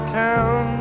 town